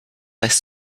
less